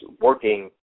working